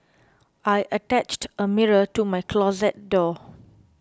I attached a mirror to my closet door